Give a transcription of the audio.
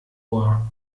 ohr